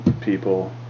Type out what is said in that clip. people